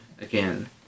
again